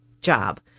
job